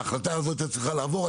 ההחלטה הזאת היתה צריכה לעבור,